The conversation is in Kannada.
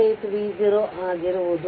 368 v0 ಆಗಿರುವುದು